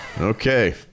Okay